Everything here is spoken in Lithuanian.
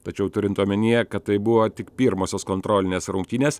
tačiau turint omenyje kad tai buvo tik pirmosios kontrolinės rungtynės